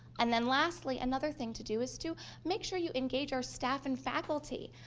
and then lastly, another thing to do is to make sure you engage our staff and faculty.